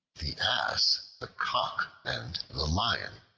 the ass, the cock, and the lion